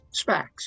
SPACs